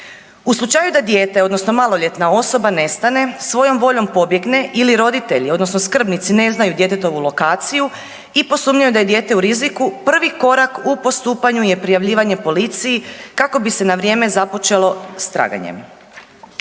U slučaju da dijete odnosno maloljetna osoba nestane, svojom voljom pobjegne ili roditelji odnosno skrbnici ne znaju djetetovu lokaciju i posumnjaju da je dijete u riziku prvi korak u postupanju je prijavljivanje policiji kako bi se na vrijeme započelo s traganjem.